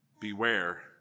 Beware